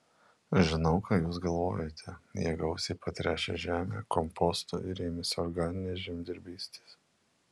žinau ką jūs galvojate jie gausiai patręšė žemę kompostu ir ėmėsi organinės žemdirbystės